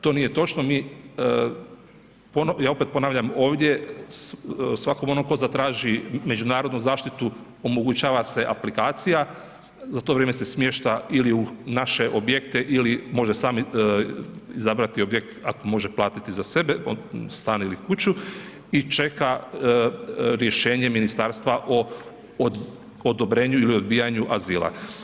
To nije točno, mi, ja opet ponavljam ovdje, svakom onom tko zatraži međunarodnu zaštitu omogućava se aplikacija, za to vrijeme se smješta ili u naše objekte ili može sam izabrati objekt ako može platiti za sebe, stan ili kuću i čeka rješenje ministarstva o odobrenju ili odbijanju azila.